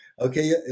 Okay